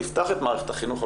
נפתח את מערכת החינוך,